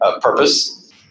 purpose